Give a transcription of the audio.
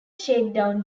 shakedown